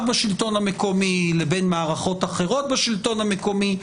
בשלטון המקומי לבין מערכות אחרות בשלטון המקומי.